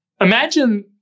Imagine